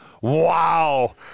Wow